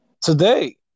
today